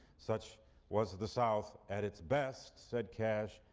such was the south at its best, said cash,